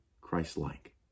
Christ-like